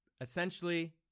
Essentially